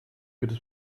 could